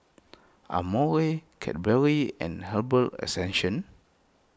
Amore Cadbury and Herbal